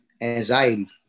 anxiety